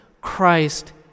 Christ